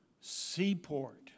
seaport